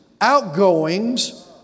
outgoings